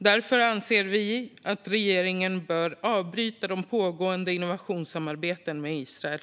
Därför anser vi att regeringen bör avbryta det pågående innovationssamarbetet med Israel.